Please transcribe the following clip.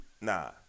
Nah